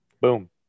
Boom